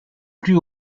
plus